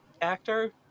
actor